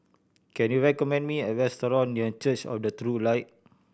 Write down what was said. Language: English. can you recommend me a restaurant near Church of the True Light